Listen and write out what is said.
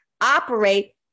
operate